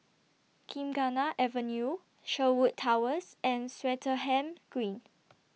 Gymkhana Avenue Sherwood Towers and Swettenham Green